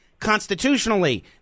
Constitutionally